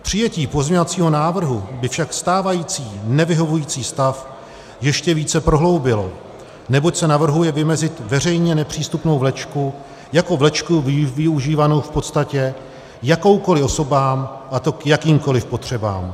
Přijetí pozměňovacího návrhu by však stávající nevyhovující stav ještě více prohloubilo, neboť se navrhuje vymezit veřejně nepřístupnou vlečku jako vlečku využívanou v podstatě jakýmikoli osobami, a to k jakýmkoli potřebám.